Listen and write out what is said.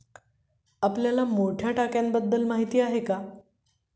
आपल्याला मोठ्या टाक्यांबद्दल माहिती आहे का?